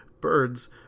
BIRDS